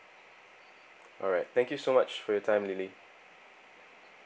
alright thank you so much for your time lily